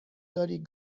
داری